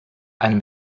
einem